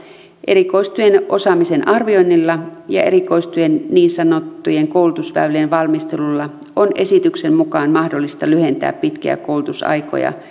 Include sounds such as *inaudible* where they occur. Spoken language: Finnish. erikoistujien osaamisen arvioinnilla ja erikoistujien niin sanottujen koulutusväylien valmistelulla on esityksen mukaan mahdollista lyhentää pitkiä koulutusaikoja *unintelligible*